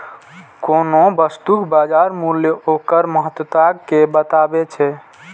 कोनो वस्तुक बाजार मूल्य ओकर महत्ता कें बतबैत छै